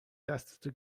دستتو